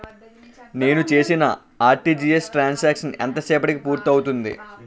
నేను చేసిన RTGS transaction ఎంత సేపటికి పూర్తి అవుతుంది?